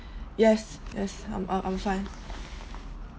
yes yes I'm I'm I'm fine